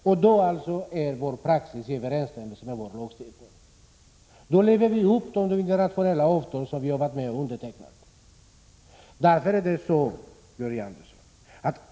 I så fall överensstämmer praxis med vår lagstiftning. Då lever vi upp till de internationella överenskommelser som vi varit med om att underteckna.